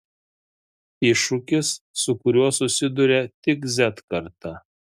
iššūkis su kuriuo susiduria tik z karta